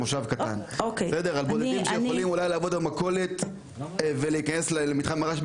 איך יודעים שברגע נתון אכן מצויים 16,000 במתחם מירון?